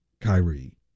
Kyrie